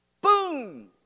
Boom